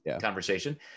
conversation